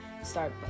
start